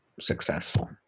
successful